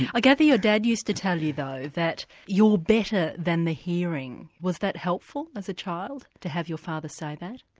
i gather your dad used to tell you though that you're better than the hearing. was that helpful as a child to have your father say that?